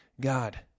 God